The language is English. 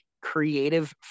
creative